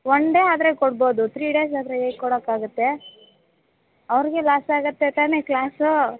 one day ಆದರೆ ಕೊಡ್ಬೋದು three days ಆದರೆ ಹೇಗ್ ಕೊಡೋಕ್ಕಾಗತ್ತೆ ಅವ್ರಿಗೇ ಲಾಸಾಗುತ್ತೆ ತಾನೇ ಕ್ಲಾಸು